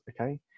okay